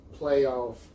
playoff